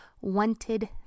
wanted